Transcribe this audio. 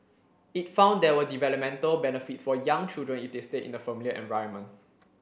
it found there were developmental benefits for young children if they stayed in a familiar environment